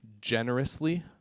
generously